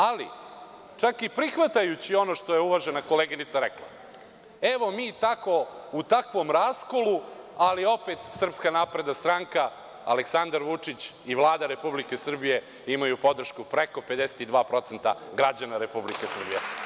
Ali, čak i prihvatajući ono što je uvažena koleginica rekla, evo, mi u takvom raskolu, ali opet Srpska napredna stranka, Aleksandar Vučić i Vlada Republike Srbije imaju podršku preko 52% građana Republike Srbije.